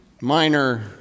Minor